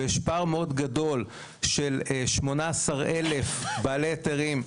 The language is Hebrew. ויש פער מאוד גדול של 18,000 בעלי היתרים,